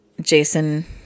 Jason